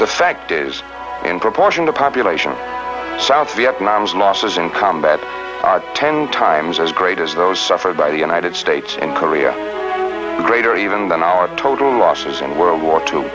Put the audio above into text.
the fact is in proportion the population south vietnam's losses in combat are ten times as great as those suffered by the united states and korea greater even than our total losses in world war two